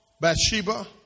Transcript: Bathsheba